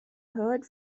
heard